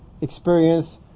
experience